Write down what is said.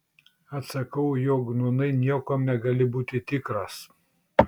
atsakau jog nūnai niekuom negali būti tikras